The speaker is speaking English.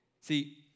See